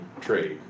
trade